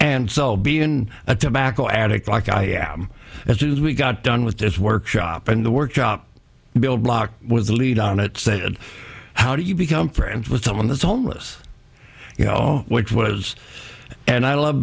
and so be in a tobacco addict like i am as we got done with this workshop and the workshop bill block was the lead on it said how do you become friends with someone that's homeless you know which was and i love